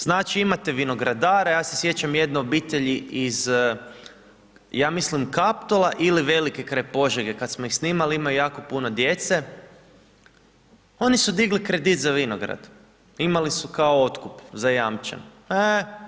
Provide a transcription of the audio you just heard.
Znači imate vinogradare, ja se sjećam jedne obitelji iz, ja mislim Kaptola ili Velike kraj Požege, kad smo ih snimali, imaju jako puno djece, oni su digli kredit za vinograd, imali su kao otkup zajamčen.